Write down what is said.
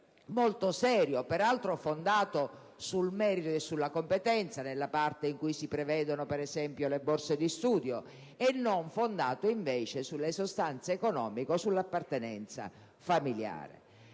molto seria, peraltro fondata sul merito e sulla competenza (nella parte in cui si prevedono, per esempio, le borse di studio) e non fondata invece sulle sostanze economiche o sull'appartenenza familiare.